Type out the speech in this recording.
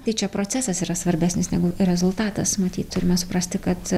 tai čia procesas yra svarbesnis negu rezultatas matyt turime suprasti kad